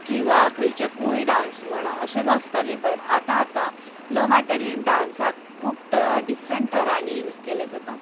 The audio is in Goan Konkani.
किंवां खंयच्या कूल डांस म्हणा अशेच आसताले बट आतां आतां नव्या तरेन डांसाक खूब त डिफ्रंट तरांनी यूज केलें जाता